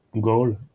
goal